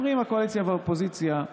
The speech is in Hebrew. אומרים הקואליציה והאופוזיציה: